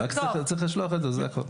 רק צריך לשלוח את זה, זה הכול.